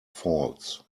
faults